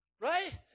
right